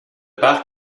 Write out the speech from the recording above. parc